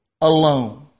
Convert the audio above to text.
alone